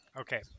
Okay